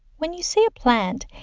when you see a plant,